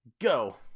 go